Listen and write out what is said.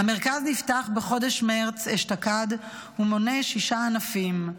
המרכז נפתח בחודש מרץ אשתקד, ומונה שישה ענפים.